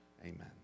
Amen